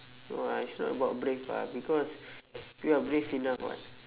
no lah it's not about brave ah because we are brave enough [what]